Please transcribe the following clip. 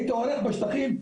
הייתי הולך בשטחים,